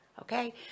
okay